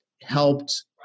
helped